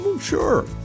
Sure